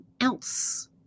else